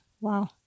wow